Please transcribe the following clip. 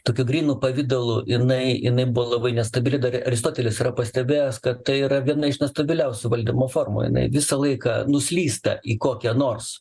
tokiu grynu pavidalu jinai jinai buvo labai nestabili dar aristotelis yra pastebėjęs kad tai yra viena iš nestabiliausių valdymo formų jinai visą laiką nuslysta į kokią nors